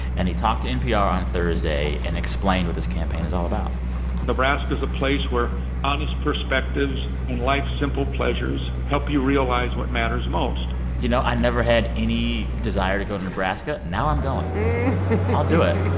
and he talked to npr on thursday and explained what this campaign is all about nebraska's a place where honest perspectives and life's simple pleasures help you realize what matters most you know, i never had any desire to go to nebraska. now i'm going i'll do it.